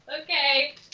Okay